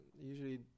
usually